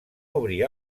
obrir